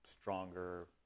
stronger